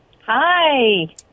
Hi